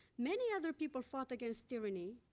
many other people fought against tyranny,